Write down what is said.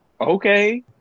Okay